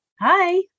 hi